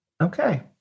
Okay